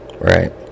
Right